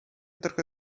trochę